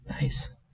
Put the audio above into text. Nice